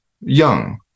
young